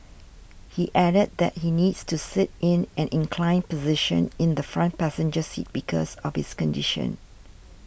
he added that he needs to sit in an inclined position in the front passenger seat because of his condition